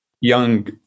young